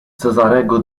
cezarego